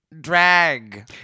drag